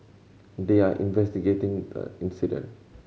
they are investigating the incident